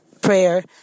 Prayer